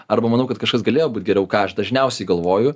arba manau kad kažkas galėjo būt geriau ką aš dažniausiai galvoju